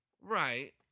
Right